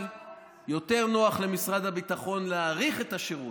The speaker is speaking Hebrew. אבל יותר נוח למשרד הביטחון להאריך את השירות,